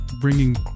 bringing